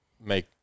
make